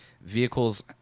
vehicles